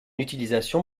utilisation